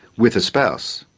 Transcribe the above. with a spouse,